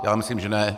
Já myslím, že ne.